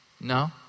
No